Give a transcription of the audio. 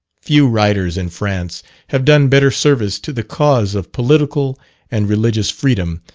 few writers in france have done better service to the cause of political and religious freedom,